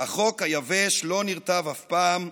החוק היבש לא נרטב אף פעם,